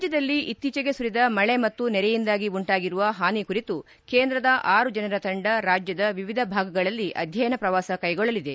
ರಾಜ್ಯದಲ್ಲಿ ಇತ್ತೀಚೆಗೆ ಸುರಿದ ಮಳಿ ಮತ್ತು ನೆರೆಯಿಂದಾಗಿ ಉಂಟಾಗಿರುವ ಹಾನಿ ಕುರಿತು ಕೇಂದ್ರದ ಆರು ಜನರ ತಂದ ರಾಜ್ಯದ ವಿವಿಧ ಭಾಗಗಳಲ್ಲಿ ಅಧ್ಯಯನ ಪ್ರವಾಸ ಕೈಗೊಳ್ಳಲಿದೆ